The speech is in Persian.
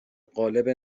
قالب